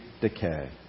decay